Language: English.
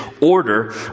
order